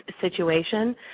situation